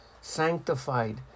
sanctified